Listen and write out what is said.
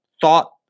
thought